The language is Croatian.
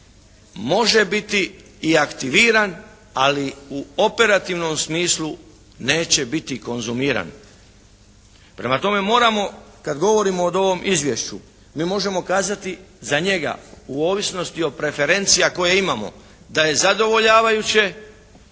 može biti i aktiviran ali u operativnom smislu neće biti konzumiran. Prema tome moramo kad govorimo o ovom izvješću mi možemo kazati za njega u ovisnosti od preferencija koje imamo da je zadovoljavajuće,